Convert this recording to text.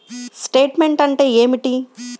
Statement అంటే ఏమిటి?